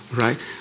right